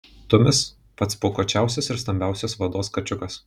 tumis pats pūkuočiausias ir stambiausias vados kačiukas